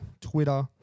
Twitter